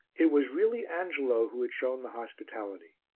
it was really angelo who had shown the hospitality,